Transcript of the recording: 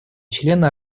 члена